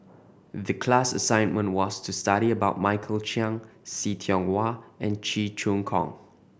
the class assignment was to study about Michael Chiang See Tiong Wah and Cheong Choong Kong